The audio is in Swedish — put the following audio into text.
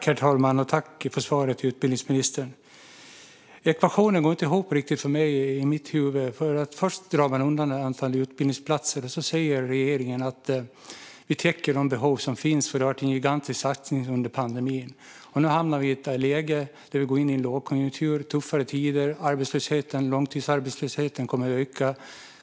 Herr talman! Tack för svaret, utbildningsministern! I mitt huvud går ekvationen inte riktigt ihop. Först drar man undan ett antal utbildningsplatser, och sedan säger regeringen att vi täcker de behov som finns, för det har varit en gigantisk satsning under pandemin. Nu hamnar vi i ett läge där vi går in i en lågkonjunktur med tuffare tider, och vi kan vara ganska säkra på att långtidsarbetslösheten kommer att öka.